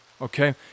okay